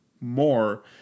more